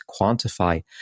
quantify